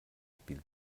spiel